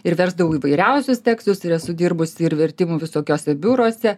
ir versdavau įvairiausius tekstus ir esu dirbusi ir vertimų visokiuose biuruose